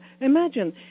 imagine